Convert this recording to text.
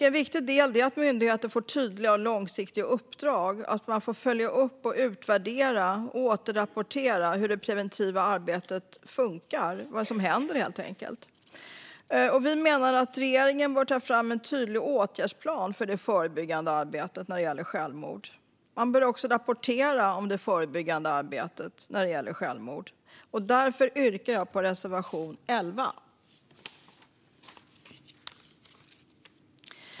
En viktig del är att myndigheter får tydliga och långsiktiga uppdrag och att man får följa upp, utvärdera och återrapportera hur det preventiva arbetet funkar - vad som händer, helt enkelt. Vi menar att regeringen bör ta fram en tydlig åtgärdsplan för det förebyggande arbetet när det gäller självmord. Man bör också rapportera om det förebyggande arbetet. Därför yrkar jag bifall till reservation 11.